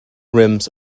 rims